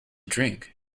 drink